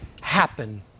happen